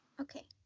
Okay